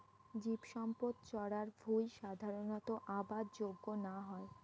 জীবসম্পদ চরার ভুঁই সাধারণত আবাদ যোগ্য না হই